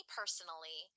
personally